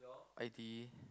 I_T_E